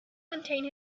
contain